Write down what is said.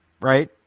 right